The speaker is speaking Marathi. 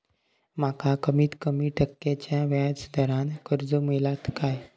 माका कमीत कमी टक्क्याच्या व्याज दरान कर्ज मेलात काय?